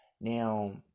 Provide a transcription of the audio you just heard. Now